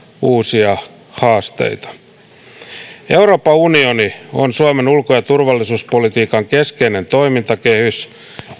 uusia haasteita euroopan unioni on suomen ulko ja turvallisuuspolitiikan keskeinen toimintakehys